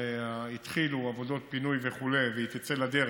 התחילו עבודות פינוי וכו', והיא תצא לדרך,